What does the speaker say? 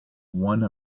one